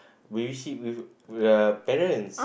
we will see we are parents